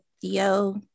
Theo